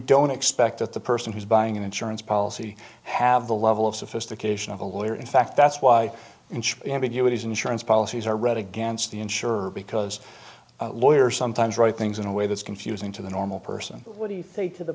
don't expect that the person who's buying an insurance policy have the level of sophistication of a lawyer in fact that's why ambiguity is insurance policies are read against the insurer because lawyers sometimes write things in a way that's confusing to the normal person what do you